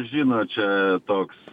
žinot čia toks